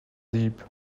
deep